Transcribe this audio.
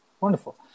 Wonderful